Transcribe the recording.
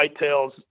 whitetails